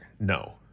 no